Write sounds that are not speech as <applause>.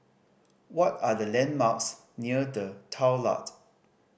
what are the landmarks near The <unintelligible>